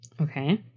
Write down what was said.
Okay